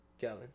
gallon